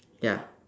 ya